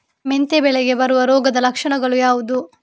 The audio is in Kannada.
ಮೆಂತೆ ಬೆಳೆಗೆ ಬರುವ ರೋಗದ ಲಕ್ಷಣಗಳು ಯಾವುದು?